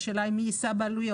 זאת השאלה מי יישא בעלויות.